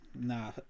Nah